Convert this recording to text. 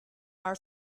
our